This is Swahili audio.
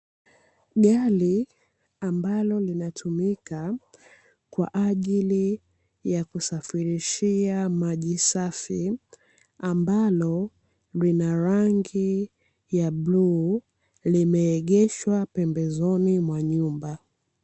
Gari ambalo linatumika kwa ajili ya kusafirishia maji safi, ambalo lina rangi ya bluu limeegeshwa pembezoni mwa nyumba.